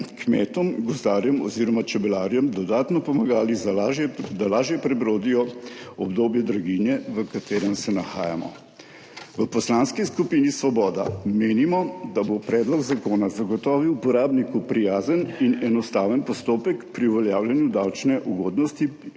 kmetom, gozdarjem oziroma čebelarjem dodatno pomagali, da lažje prebrodijo obdobje draginje, v katerem se nahajamo. V Poslanski skupini Svoboda menimo, da bo predlog zakona zagotovil uporabniku prijazen in enostaven postopek pri uveljavljanju davčne ugodnosti